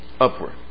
Upward